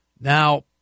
Now